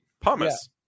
pumice